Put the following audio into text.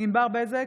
ענבר בזק,